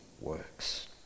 works